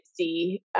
see